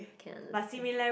can understand